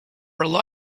rely